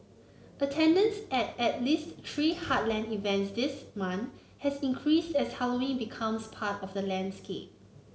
attendance at at least three heartland events this month has increased as Halloween becomes part of the landscape